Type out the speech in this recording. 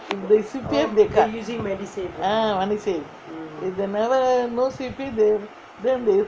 if they C_P_F they cut ah medicine if they never no C_P_F then they